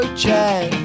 check